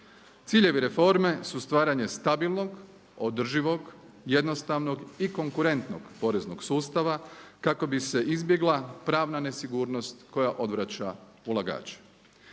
Ciljevi reforme su stvaranje stabilnog, održivog, jednostavnog i konkurentnog poreznog sustava kako bi se izbjegla pravna nesigurnost koja odvraća ulagače.